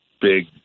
big